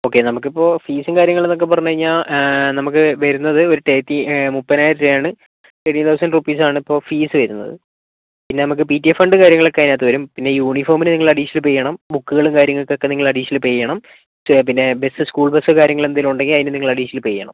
okay നമുക്കിപ്പോ ഫീസും കാര്യങ്ങളുമൊക്കെന്നു പറഞ്ഞു കഴിഞ്ഞാൽ നമുക്ക് വരുന്നത് ഒരു തേർട്ടി മുപ്പതിനായിരം രൂപയാണ് തേർട്ടി തൗസൻറ് റുപ്പീസാണിപ്പോ ഫീസ് വരുന്നത് പിന്നെ നമുക്ക് പി ടി എ ഫണ്ടും കാര്യങ്ങളുമൊക്കെ അതിനകത്തു വരും പിന്നെ യൂണിഫോമിനു നിങ്ങൾ അഡീഷണൽ പേ ചെയ്യണം ബുക്കുകളും കാര്യങ്ങൾക്കൊക്കെ നിങ്ങൾ അഡീഷണൽ പേ ചെയ്യണം പിന്നെ ബസ് സ്കൂൾ ബസ് കാര്യങ്ങളെന്തേലും ഉണ്ടെങ്കിൽ അതിനു നിങ്ങൾ അഡീഷണൽ പേ ചെയ്യണം